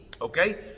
Okay